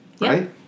Right